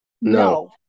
No